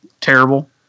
terrible